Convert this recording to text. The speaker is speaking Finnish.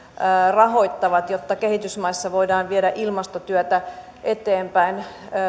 rahoittavat jotta kehitysmaissa voidaan viedä ilmastotyötä eteenpäin